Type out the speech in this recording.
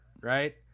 right